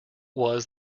was